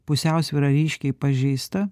pusiausvyra ryškiai pažeista